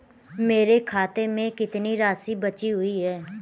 मेरे खाते में कितनी राशि बची हुई है?